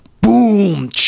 boom